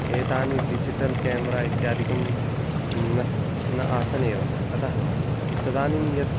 एतानि digital camera इत्यादिकं न्नस् न आसन्नेव अतः तदानीं यद्